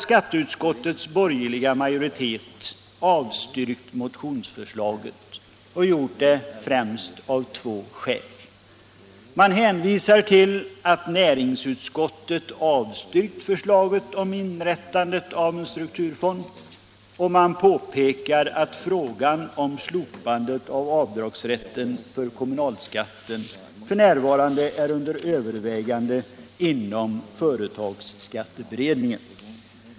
Skatteutskottets borgerliga majoritet har avstyrkt motionsförslaget, främst av två skäl. Man hänvisar till att näringsutskottet avstyrkt förslaget om inrättandet av en strukturfond och man påpekar att frågan om slopandet av avdragsrätten på kommunalskatten f. n. är under övervägande 57 inom företagsskatteberedningen.